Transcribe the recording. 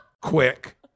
quick